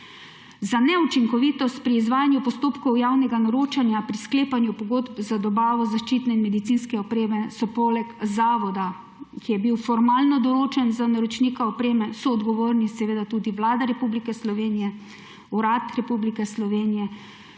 Za neučinkovitost pri izvajanju postopkov javnega naročanja pri sklepanju pogodb za dobavo zaščitne in medicinske opreme so poleg zavoda, ki je bil formalno določen za naročnika opreme, soodgovorni seveda tudi Vlada Republike Slovenije, Urad Republike Slovenije,